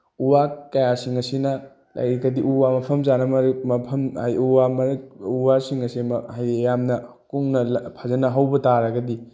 ꯎ ꯋꯥ ꯀꯌꯥꯁꯤꯡ ꯑꯁꯤꯅ ꯂꯩꯔꯤꯈꯩꯗꯤ ꯎ ꯋꯥ ꯃꯐꯝ ꯆꯥꯅ ꯃꯐꯝ ꯋꯥ ꯎ ꯋꯥꯁꯤꯡ ꯑꯁꯤ ꯍꯥꯏꯗꯤ ꯌꯥꯝꯅ ꯀꯨꯡꯅ ꯐꯖꯅ ꯍꯧꯕ ꯇꯥꯔꯒꯗꯤ